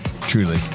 truly